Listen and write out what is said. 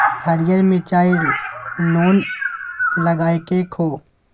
हरियर मिरचाई नोन लगाकए खो